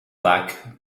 back